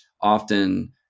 often